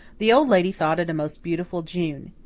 the old lady thought it a most beautiful june.